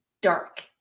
dark